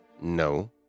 No